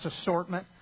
assortment